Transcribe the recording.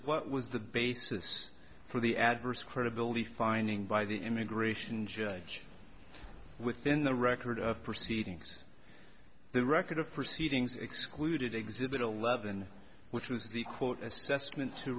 what was the basis for the adverse credibility finding by the immigration judge within the record of proceedings the record of proceedings excluded exhibit eleven which was the quote assessment to